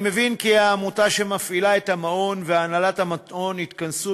אני מבין כי העמותה שמפעילה את המעון והנהלת המעון התכנסו